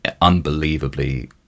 unbelievably